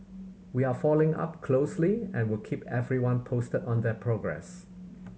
we are following up closely and will keep everyone posted on their progress